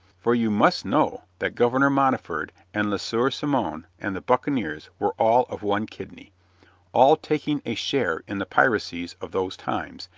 for you must know that governor modiford and le sieur simon and the buccaneers were all of one kidney all taking a share in the piracies of those times,